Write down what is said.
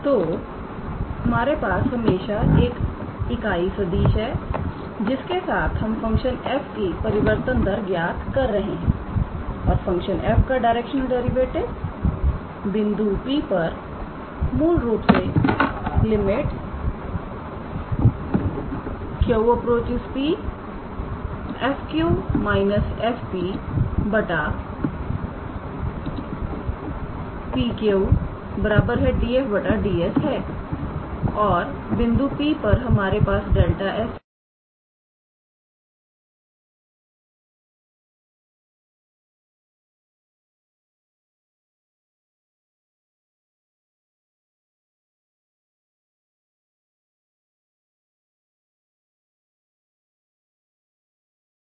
तो हमारे पास हमेशा एक इकाई सदिश है जिसके साथ हम फंक्शन f की परिवर्तन दर ज्ञात कर रहे हैं और फंक्शन f का डायरेक्शनल डेरिवेटिव बिंदु P पर मूल रूप से lim 𝑄→𝑃 𝑓𝑄−𝑓𝑃 𝑃𝑄 𝑑𝑓 𝑑𝑠 है और बिंदु P पर हमारे पास 𝛿𝑠 है यह सतह तत्व 𝛿𝑠 ही बिंदु P पर 𝑎̂ की दिशा में छोटा तत्व है